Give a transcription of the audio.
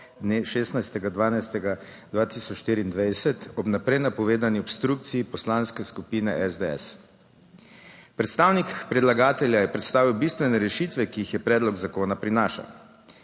dne 16. 12. 2024 ob vnaprej napovedani obstrukciji Poslanske skupine SDS. Predstavnik predlagatelja je predstavil bistvene rešitve, ki jih predlog zakona prinaša.